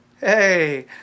hey